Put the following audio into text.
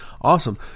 awesome